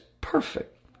perfect